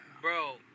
Bro